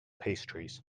pastries